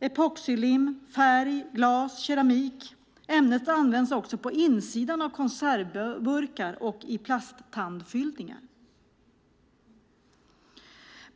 epoxylim, färg, glas och keramik. Ämnet används också på insidan av konservburkar och i plasttandfyllningar.